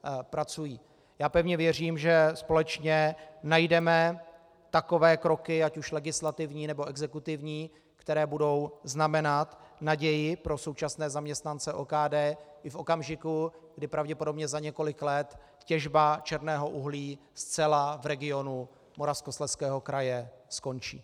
Já pevně věřím, že společně najdeme takové kroky, ať už legislativní, nebo exekutivní, které budou znamenat naději pro současné zaměstnance OKD i v okamžiku, kdy pravděpodobně za několik let těžba černého uhlí zcela v regionu Moravskoslezského kraje skončí.